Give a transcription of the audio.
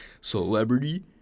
celebrity